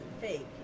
fake